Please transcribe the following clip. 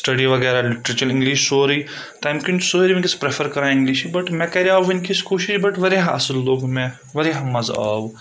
study وغیرہ literature English سورُے تَمہِ کِنۍ سٲرِے وٕنکؠس پرٛؠفَر کَران اِنٛگلِش بَٹ مےٚ کَرے آو ؤنکیٚس کوٗشِش بَٹ واریاہ اَصٕل لوٚگ مےٚ واریاہ مَزٕ آو